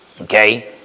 Okay